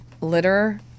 litter